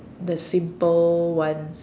the simple ones